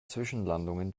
zwischenlandungen